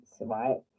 right